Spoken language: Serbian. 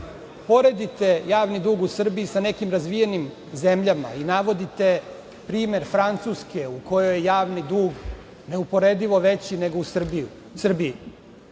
poredite javni dug u Srbiji sa nekim razvijenim zemljama i navodite primer Francuske, u kojoj je javni dug neuporedivo veći nego u Srbiji.